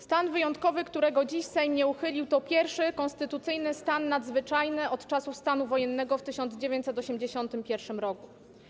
Stan wyjątkowy, którego dziś Sejm nie uchylił, to pierwszy konstytucyjny stan nadzwyczajny od czasu stanu wojennego w 1981 r.